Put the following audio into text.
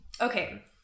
okay